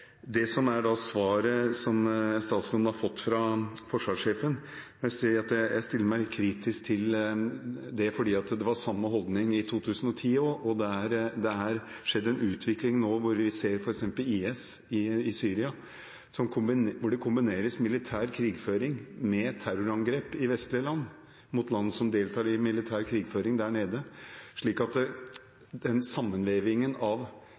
Det svaret som statsråden har fått fra forsvarssjefen, stiller jeg meg litt kritisk til, fordi det var den samme holdning i 2010 også. Det har skjedd en utvikling nå hvor vi ser f.eks. IS i Syria hvor det kombineres militær krigføring med terrorangrep i vestlige land, mot land som deltar i militær krigføring der nede, slik at sammenvevingen av